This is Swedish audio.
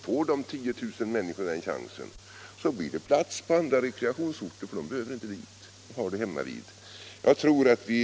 Får de 10 000 människorna den chansen blir det plats på andra rekreationsorter, eftersom dessa inte kommer att behövas för de människorna — de har sin rekreationsort hemmavid.